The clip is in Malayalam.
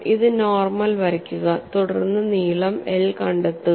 ഇത് നോർമൽ വരയ്ക്കുക തുടർന്ന് നീളം l കണ്ടെത്തുക